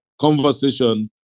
conversation